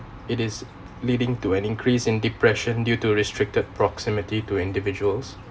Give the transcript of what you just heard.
it is leading to an increase in depression due to restricted proximity to individuals